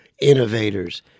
innovators